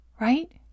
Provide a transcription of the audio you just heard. Right